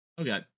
okay